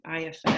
IFF